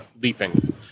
leaping